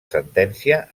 sentència